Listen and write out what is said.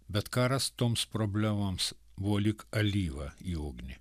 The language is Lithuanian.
bet karas toms problemoms buvo lyg alyvą į ugnį